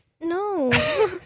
No